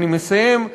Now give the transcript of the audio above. אני מסיים.